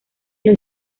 los